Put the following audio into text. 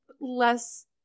less